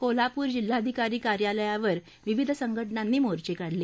कोल्हापूर जिल्हाधिकारी कार्यालयावर विविध संघटनांनी मोर्चे काढले